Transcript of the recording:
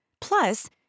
Plus